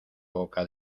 boca